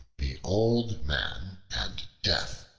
the old man and death